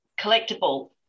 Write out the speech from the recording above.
collectible